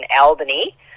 Albany